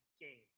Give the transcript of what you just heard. games